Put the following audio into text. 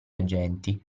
agenti